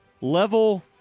Level